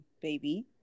baby